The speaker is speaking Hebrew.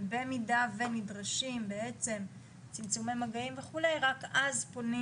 ובמידה שנדרשים צמצומי מגעים וכו' רק אז פונים